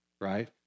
right